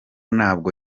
ntabwo